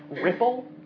Ripple